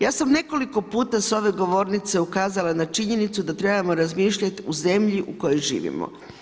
Ja sam nekoliko puta sa ove govornice ukazala na činjenicu da trebamo razmišljati u zemlji u kojoj živimo.